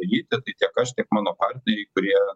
dalyti tai tiek aš tiek mano partneriai kurie